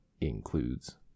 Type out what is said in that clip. includes